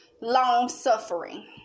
long-suffering